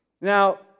Now